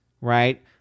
right